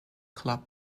club